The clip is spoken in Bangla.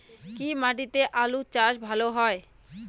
কি মাটিতে আলু চাষ ভালো হয়?